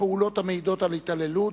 פעולות המעידות על התעללות),